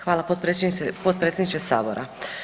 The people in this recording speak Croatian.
Hvala potpredsjedniče Sabora.